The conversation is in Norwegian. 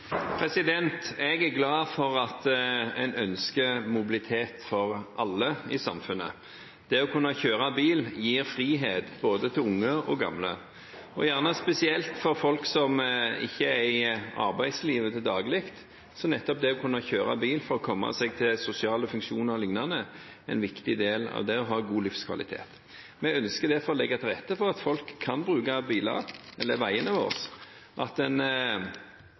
Jeg er glad for at man ønsker mobilitet for alle i samfunnet. Det å kunne kjøre bil gir frihet til både unge og gamle. Spesielt for folk som ikke er i arbeidslivet til daglig, er nettopp det å kunne kjøre bil for å komme seg til sosiale funksjoner o.l. en viktig del av det å ha god livskvalitet. Vi ønsker derfor å legge til rette for at folk kan bruke veiene våre, at